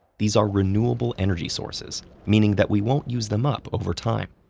these are renewable energy sources, meaning that we won't use them up over time.